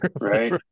Right